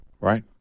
right